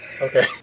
Okay